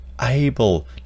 able